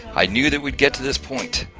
i knew that we'd get to this point.